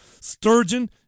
Sturgeon